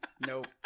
Nope